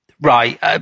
Right